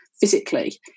physically